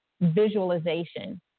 visualization